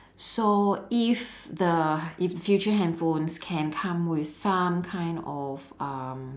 so if the if future handphones can come with some kind of um